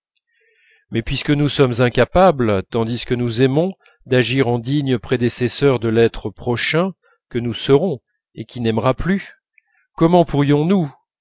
mais puisque nous sommes incapables tandis que nous aimons d'agir en dignes prédécesseurs de l'être prochain que nous serons et qui n'aimera plus comment pourrions-nous